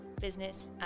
business